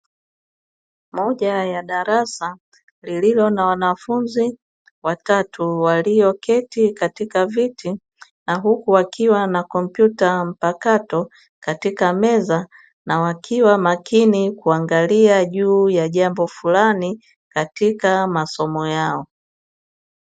Moja ya darasa lililo na wanafunzi watatu walioketi katika viti na huku wakiwa na kompyuta mpakato katika meza na wakiwa makini kuangalia juu ya jambo fulani katika masomo yao.